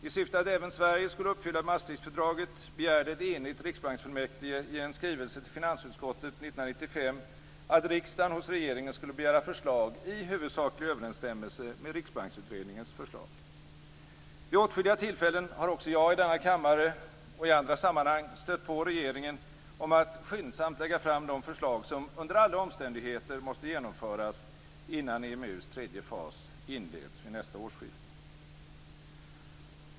I syfte att även Sverige skulle uppfylla Maastrichtfördraget begärde en enig riksbanksfullmäktige i en skrivelse till finansutskottet 1995 att riksdagen hos regeringen skulle begära förslag i huvudsaklig överensstämmelse med riksbanksutredningens förslag. Vid åtskilliga tillfällen har också jag i denna kammare och i andra sammanhang stött på regeringen om att skyndsamt lägga fram de förslag som under alla omständigheter måste genomföras innan EMU:s tredje fas inleds vid nästa årsskifte.